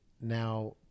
now